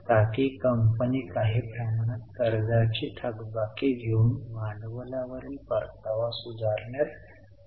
तर company healthy cash policy म्हणून कामकाजापासून चांगला कॅश फ्लो घेण्यास सक्षम आहे